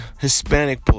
Hispanic